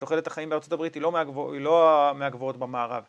תוחלת החיים בארצות הברית היא לא מהגבוהות במערב